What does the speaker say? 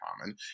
common